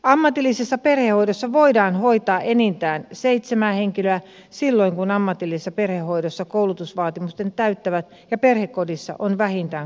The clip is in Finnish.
ammatillisessa perhehoidossa voidaan hoitaa enintään seitsemää henkilöä silloin kun ammatillisessa perhehoidossa koulutusvaatimukset täyttyvät ja perhekodissa on vähintään kaksi hoitajaa